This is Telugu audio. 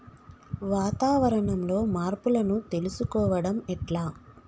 వాతావరణంలో మార్పులను తెలుసుకోవడం ఎట్ల?